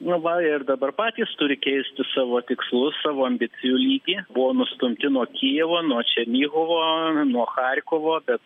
va ir dabar patys turi keisti savo tikslus savo ambicijų lygį buvo nustumti nuo kijivo nuo černigovo nuo charkovo bet